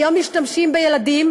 היום משתמשים בילדים,